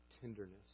tenderness